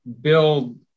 build